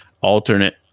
alternate